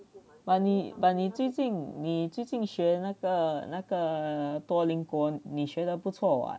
but 你 but 你最近你最近学那个那个多邻国你学得不错 what